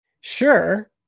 sure